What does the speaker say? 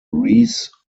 reese